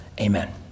Amen